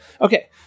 Okay